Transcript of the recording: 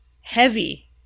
heavy